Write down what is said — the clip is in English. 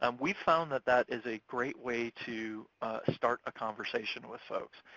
um we've found that that is a great way to start a conversation with folks.